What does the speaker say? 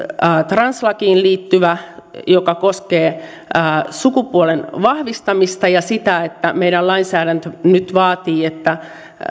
translakiin liittyvä joka koskee sukupuolen vahvistamista ja sitä että meidän lainsäädäntömme nyt vaatii että